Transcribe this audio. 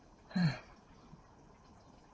(huh)